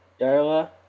Darla